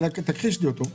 תכחיש לי אותו,